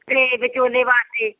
ਅਤੇ ਵਿਚੋਲੇ ਵਾਸਤੇ